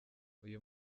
uyu